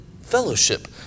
fellowship